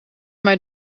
mij